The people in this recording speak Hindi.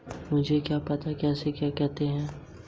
भारत में उपयोगिता बिल क्या हैं?